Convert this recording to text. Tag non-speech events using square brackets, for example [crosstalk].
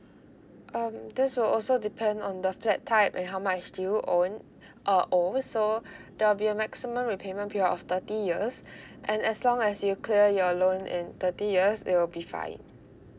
um this will also depend on the flat type and how much do you own uh owe so there'll be a maximum repayment period of thirty years [breath] and as long as you clear your loan in and thirty years it will be fine